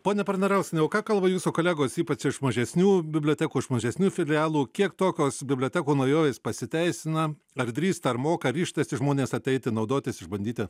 ponia parnarauskiene o ką kalba jūsų kolegos ypač iš mažesnių bibliotekų iš mažesniųjų filialų kiek tokios bibliotekų naujovės pasiteisina ar drįsta ar moka ar ryžtasi žmonės ateiti naudotis išbandyti